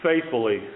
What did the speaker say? faithfully